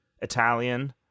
Italian